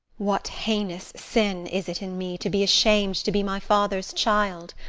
what heinous sin is it in me to be asham'd to be my father's child!